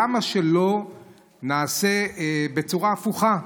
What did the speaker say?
למה שלא נעשה בצורה הפוכה?